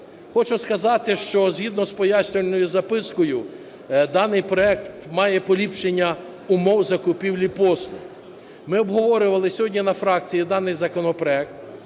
Хочу сказати, що згідно з пояснювальною запискою даний проект має поліпшення умов закупівлі послуг. Ми обговорювали сьогодні на фракції даний законопроект